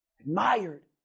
admired